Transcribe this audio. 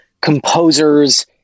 composers